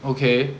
okay